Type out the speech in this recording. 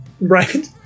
Right